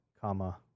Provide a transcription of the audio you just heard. comma